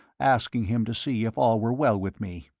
asking him to see if all were well with me.